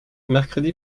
mercredi